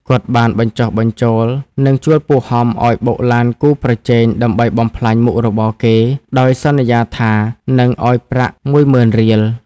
គាត់បានបញ្ចុះបញ្ចូល និងជួលពូហំឲ្យបុកឡានគូប្រជែងដើម្បីបំផ្លាញមុខរបរគេ ដោយសន្យាថានឹងឲ្យប្រាក់មួយម៉ឺនរៀល។